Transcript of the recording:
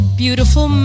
beautiful